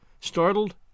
startled